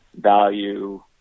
value